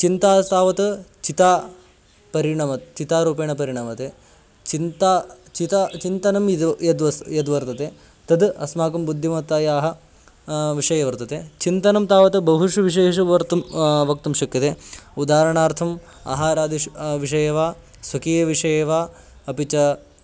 चिन्ता तावत् चिता परिणमते चितारूपेण परिणमते चिन्ता चिता चिन्तनं इदं यद् अस्ति यद्वर्तते तद् अस्माकं बुद्धिमत्तायाः विषये वर्तते चिन्तनं तावत् बहुषु विषयेषु कर्तुं वक्तुं शक्यते उदाहरणार्थम् आहारादिषु विषयेषु वा स्वकीयविषये वा अपि च